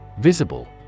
Visible